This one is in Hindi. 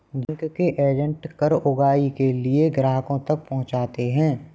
बैंक के एजेंट कर उगाही के लिए भी ग्राहकों तक पहुंचते हैं